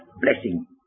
blessing